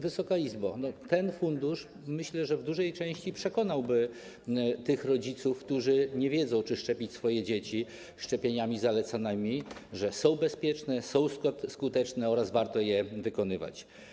Wysoka Izbo, myślę, że ten fundusz w dużej części przekonałby tych rodziców, którzy nie wiedzą, czy szczepić swoje dzieci szczepieniami zalecanymi, że są bezpieczne, są skuteczne oraz warto je wykonywać.